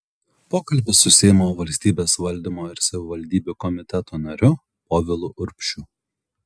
pokalbis su seimo valstybės valdymo ir savivaldybių komiteto nariu povilu urbšiu